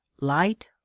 light